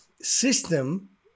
system